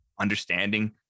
understanding